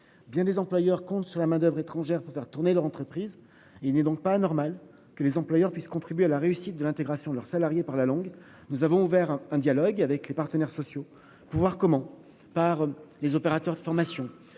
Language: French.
Bien des employeurs comptent sur la main d'oeuvre étrangère pour faire tourner leur entreprise. Il n'est donc pas normal que les employeurs puissent contribuer à la réussite de l'intégration de leurs salariés par la langue. Nous avons ouvert un dialogue avec les partenaires sociaux pour voir comment par les opérateurs de formation